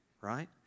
right